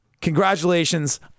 Congratulations